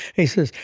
he says,